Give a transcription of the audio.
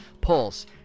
pulse